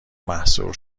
محصور